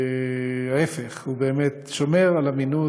להפך, הוא באמת שומר על אמינות.